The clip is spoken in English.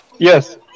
Yes